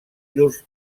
llurs